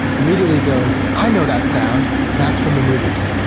immediately goes, i know that sound! that's from the movies.